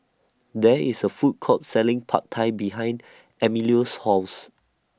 There IS A Food Court Selling Pad Thai behind Emilio's House